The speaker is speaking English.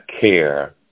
care